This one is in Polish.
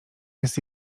jest